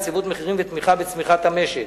יציבות מחירים ותמיכה בצמיחת המשק.